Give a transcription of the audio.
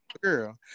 Girl